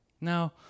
Now